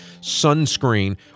sunscreen